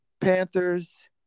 Panthers